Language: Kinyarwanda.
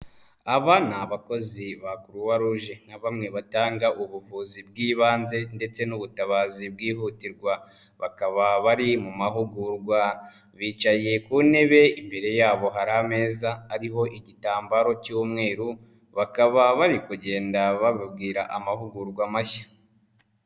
Aba ni abakozi ba Croix Rouge nka bamwe batanga ubuvuzi bw'ibanze ndetse n'ubutabazi bwihutirwa, bakaba bari mu mahugurwa, bicaye ku ntebe imbere yabo hari ameza ariho igitambaro cy'umweru, bakaba bari kugenda bababwira amahugurwa mashya.